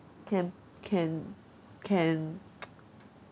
can can can